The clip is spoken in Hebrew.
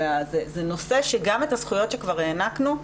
זה נושא שכבר את הזכויות שכבר הענקנו,